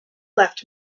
left